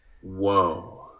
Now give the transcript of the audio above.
whoa